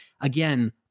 Again